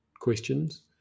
questions